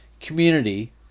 community